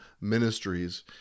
Ministries